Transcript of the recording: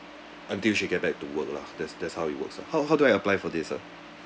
until she get back to work lah that's that's how it works lah how how do I apply for this ah